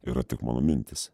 yra tik mano mintys